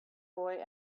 boy